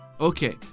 Okay